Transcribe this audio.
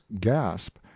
gasp